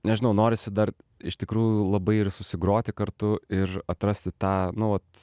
nežinau norisi dar iš tikrųjų labai ir susigroti kartu ir atrasti tą nu vat